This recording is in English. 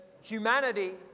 humanity